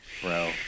bro